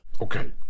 Okay